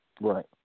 Right